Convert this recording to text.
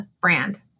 brand